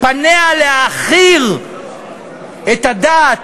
פניה להעכיר את הדת,